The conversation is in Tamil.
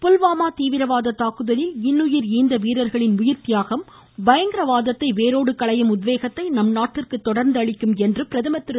புல்வாமா தீவிரவாத தாக்குதலில் இன்னுயிர் ஈந்த வீரர்களின் உயிர் தியாகம் பயங்கரவாதத்தை வேரோடு களையும் உத்வேகத்தை நம் நாட்டிற்கு தொடர்ந்து அளிக்கும் என்று பிரதமர் திரு